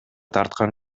тарткан